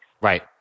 Right